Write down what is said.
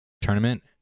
tournament